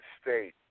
state